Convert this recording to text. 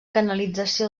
canalització